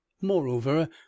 moreover